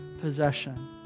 possession